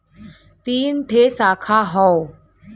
तीन ठे साखा हौ